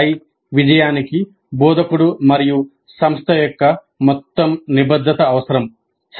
PBI విజయానికి బోధకుడు మరియు సంస్థ యొక్క మొత్తం నిబద్ధత అవసరం